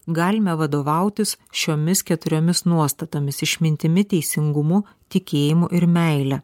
galime vadovautis šiomis keturiomis nuostatomis išmintimi teisingumu tikėjimu ir meile